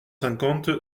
cinquante